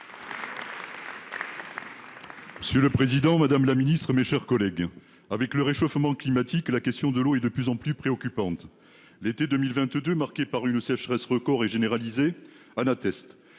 Monsieur le Président Madame la Ministre, mes chers collègues. Avec le réchauffement climatique. La question de l'eau et de plus en plus préoccupante. L'été 2022, marquée par une sécheresse record et généralisée. L'eau est